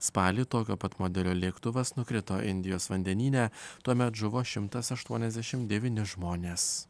spalį tokio pat modelio lėktuvas nukrito indijos vandenyne tuomet žuvo šimtas aštuoniasdešimt devyni žmonės